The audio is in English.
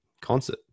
concert